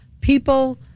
people